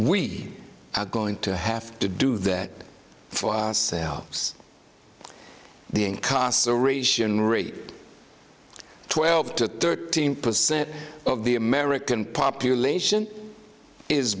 we are going to have to do that for selves the incarceration rate twelve to thirteen percent of the american population is